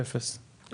אפס.